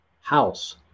house